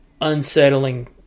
unsettling